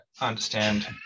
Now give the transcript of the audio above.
understand